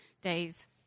days